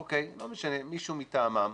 אוקיי, לא משנה, מישהו מטעמם,